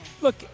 look